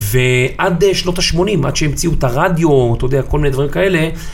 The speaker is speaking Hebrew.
ועד שנות ה-80, עד שהמציאו את הרדיו, כל מיני דברים כאלה.